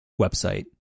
website